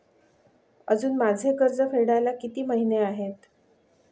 अजुन माझे कर्ज फेडायला किती महिने आहेत?